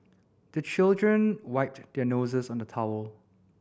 the children wipe their noses on the towel